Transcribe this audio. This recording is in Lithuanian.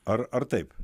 ar ar taip